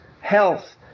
health